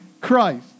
Christ